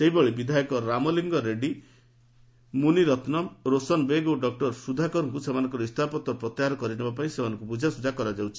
ସେହିଭଳି ବିଧାୟକ ରାମଲିଙ୍ଗ ରେଡ୍ଗୀ ମୁନିରତ୍ନମ୍ ରୋଶନ୍ ବେଗ୍ ଏବଂ ଡକ୍ଟର ସୁଧାକରଙ୍କୁ ସେମାନଙ୍କ ସ୍ରସ୍ତଫା ପତ୍ର ପ୍ରତ୍ୟାହାର କରିବାପାଇଁ ସେମାନଙ୍କୁ ବୁଝାଶୁଝା କରାଯାଉଛି